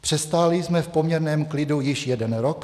Přestáli jsme v poměrném klidu již jeden rok;